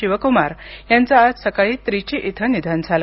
शिवकुमार यांचं आज सकाळी त्रिची इथं निधन झालं